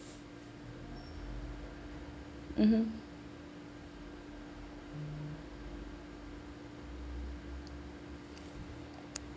mmhmm